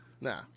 Nah